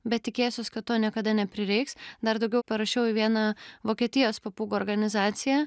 bet tikėsiuos kad to niekada neprireiks dar daugiau parašiau į vieną vokietijos papūgų organizaciją